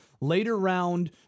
later-round